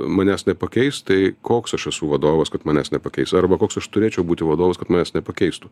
manęs nepakeis tai koks aš esu vadovas kad manęs nepakeis arba koks aš turėčiau būti vadovas kad mes nepakeistų